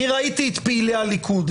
ראיתי את פעילי הליכוד,